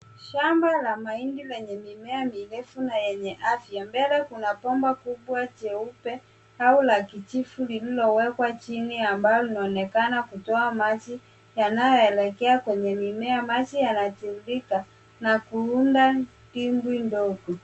Shamba la mahindi lenye mirefu na afya mbele Kuna pomba kubwa jeupe au la kijifu lililo wekwa chini ambao inaonekana kutoka maji yanayoelekea Kwa mimea, maji yanatiririka na kuunda dimbwi ndogo